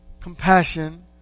compassion